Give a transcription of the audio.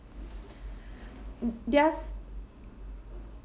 mm theirs